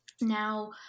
Now